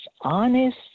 honest